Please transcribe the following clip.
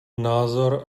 názor